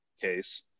case